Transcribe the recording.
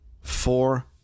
Four